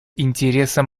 интересам